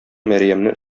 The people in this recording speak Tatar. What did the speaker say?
мәрьямне